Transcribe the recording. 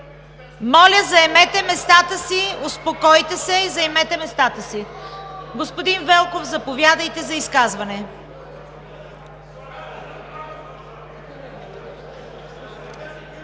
Моля, заемете местата си! Успокойте се и заемете местата си! Господин Велков, заповядайте за изказване.